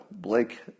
Blake